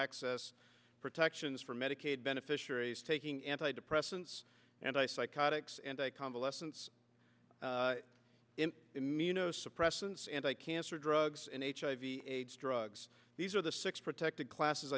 access protections for medicaid beneficiaries taking antidepressants and i psychotics and convalescence immunosuppressants anti cancer drugs and hiv aids drugs these are the six protected classes